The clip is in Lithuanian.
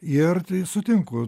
ir tai sutinku